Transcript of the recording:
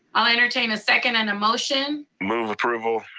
i'll entertain a second and a motion. move approval.